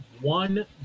one